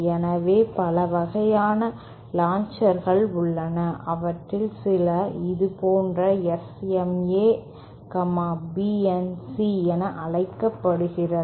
எனவே பல வகையான லாஞ்சர்கள் உள்ளன அவற்றில் சில இது போன்ற SMA BNC என அழைக்கப்படுகிறது